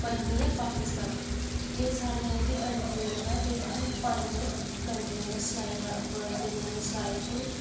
पंजमी ऐ पाकिस्तान एह् साढ़े जेह्की कंट्रियां दियां में कोई तुसें ई पंज कंट्ररियां जेह्ड़ियां सनाइयां वल्ड दे नेईं सनाए तुसें गी